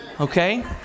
Okay